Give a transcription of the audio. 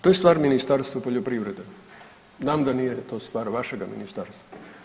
To je stvar Ministarstva poljoprivrede, znam da nije to stvar vašega Ministarstva.